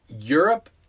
Europe